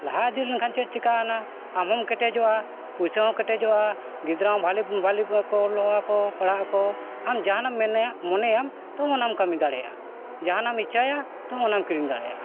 ᱞᱟᱦᱟ ᱤᱫᱤ ᱞᱮᱱᱠᱷᱟᱱ ᱪᱮᱫ ᱪᱤᱠᱟᱹᱜᱼᱟ ᱟᱢᱦᱚᱢ ᱠᱮᱴᱮᱡᱚᱜᱼᱟ ᱯᱚᱭᱥᱟ ᱦᱚᱸ ᱠᱮᱴᱮᱡᱚᱜᱼᱟ ᱜᱤᱫᱽᱨᱟᱹ ᱦᱚᱸ ᱵᱷᱟᱹᱞᱤ ᱵᱷᱟᱹᱞᱤ ᱠᱚ ᱚᱞᱚᱜ ᱟᱠᱚ ᱯᱟᱲᱦᱟᱜ ᱟᱠᱚ ᱟᱢ ᱡᱟᱦᱟᱱᱟᱜ ᱮᱢ ᱢᱮᱱᱮᱭᱟ ᱢᱚᱱᱮᱭᱟᱢ ᱛᱚ ᱚᱱᱟᱢ ᱠᱟᱹᱢᱤ ᱫᱟᱲᱮᱭᱟᱜᱼᱟ ᱡᱟᱦᱟᱱᱟᱜ ᱮᱢ ᱤᱪᱪᱷᱟᱭᱟ ᱛᱚ ᱚᱱᱟᱢ ᱠᱤᱨᱤᱧ ᱫᱟᱲᱮᱭᱟᱜᱼᱟ